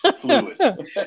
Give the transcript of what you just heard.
fluid